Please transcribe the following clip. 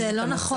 זה לא נכון.